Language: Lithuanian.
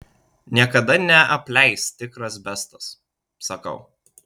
niekada neapleis tikras bestas sakau